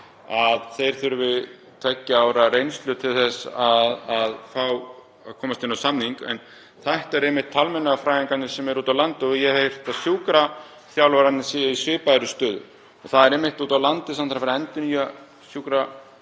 að þeir þurfi tveggja ára reynslu til að komast inn á samning en þetta eru einmitt talmeinafræðingarnir sem eru úti á landi. Ég hef heyrt að sjúkraþjálfararnir séu í svipaðri stöðu og það er einmitt úti á landi sem þarf að fara að endurnýja